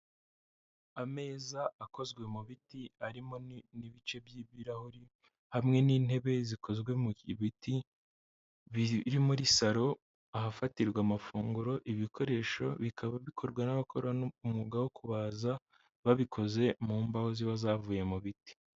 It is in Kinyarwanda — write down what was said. Ameza akozwe mu biti arimo n'ibice by'ibirahuri, hamwe n'intebe zikozwe mu biti biri muri saro ahafatirwa amafunguro, ibi bikoresho bikaba bikorwa n'abakora umwuga wo kubaza babikoze mu mbaho ziba zavuye mu biti.